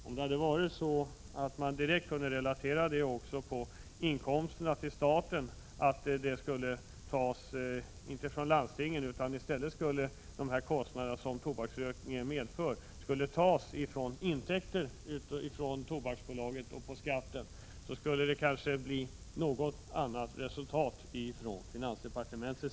Om i stället kostnaderna för tobakens skadeverkningar skulle tas från Tobaksbolagets intäkter och från skatten, då skulle nog finansdepartementet agera på ett annat sätt. Herr talman!